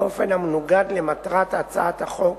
באופן המנוגד למטרת הצעת החוק,